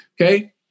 Okay